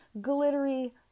glittery